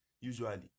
usually